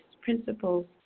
principles